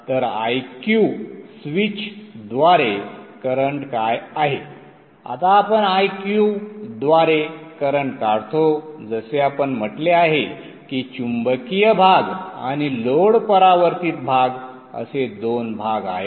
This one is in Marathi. तर Iq स्विच द्वारे करंट काय आहे आता आपण Iq द्वारे करंट काढतो जसे आपण म्हटले आहे की चुंबकीय भाग आणि लोड परावर्तित भाग असे दोन भाग आहेत